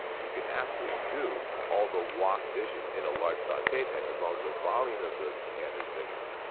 you could absolutely do all the wok dishes in a large saute pan as long as the volume of the pan is big enough.